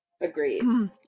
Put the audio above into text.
Agreed